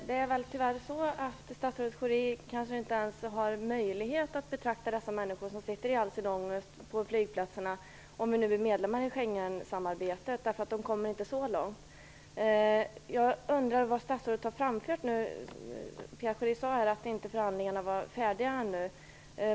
Fru talman! Statsrådet Schori kanske inte alls får möjlighet att betrakta dessa människor som sitter där i all sin ångest på flygplatserna, om vi blir medlemmar i Schengensamarbetet. Då kommer de inte ens så långt. Pierre Schori sade att förhandlingarna ännu inte var slutförda.